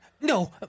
No